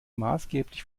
maßgeblich